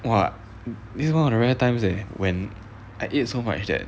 !wah! this one of the rare times eh when I ate so much that